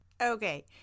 Okay